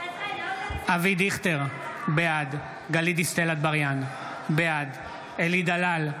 אבי דיכטר, בעד גלית דיסטל אטבריאן, בעד אלי דלל,